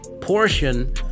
portion